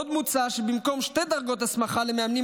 עוד מוצע שבמקום שתי דרגות הסמכה למאמנים,